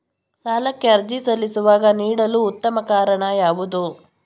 ಸಾಲಕ್ಕೆ ಅರ್ಜಿ ಸಲ್ಲಿಸುವಾಗ ನೀಡಲು ಉತ್ತಮ ಕಾರಣ ಯಾವುದು?